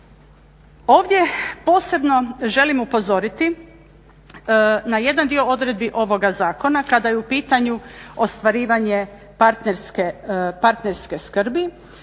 Ovdje posebno želim upozoriti na jedan dio odredbi ovoga zakona kada je u pitanju ostvarivanje parterske skrbi.